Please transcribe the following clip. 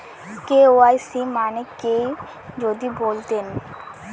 KYC মানে কি যদি বলতেন?